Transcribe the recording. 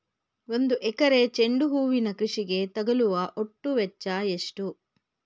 ಒಂದು ಎಕರೆ ಚೆಂಡು ಹೂವಿನ ಕೃಷಿಗೆ ತಗಲುವ ಒಟ್ಟು ವೆಚ್ಚ ಎಷ್ಟು?